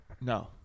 No